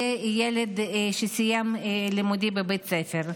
וילד שסיים לימודים בבית ספר.